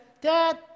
Dad